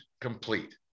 complete